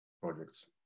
projects